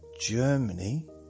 Germany